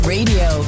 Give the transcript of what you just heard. Radio